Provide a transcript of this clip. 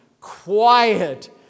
quiet